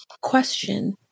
question